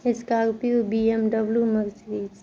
scorpio BMW Mercedes